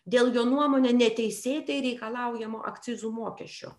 dėl jo nuomone neteisėtai reikalaujamo akcizų mokesčio